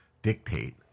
dictate